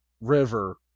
river